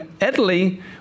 Italy